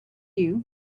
you